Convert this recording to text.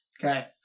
Okay